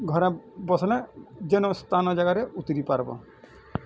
ଘରେ ବସଲେ ଜେନ ସ୍ଥାନ ଜାଗାରେ ଉତିରି ପାର୍ବ